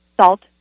salt